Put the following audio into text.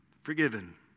forgiven